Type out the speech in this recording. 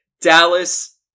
Dallas